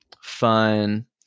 fun